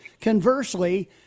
conversely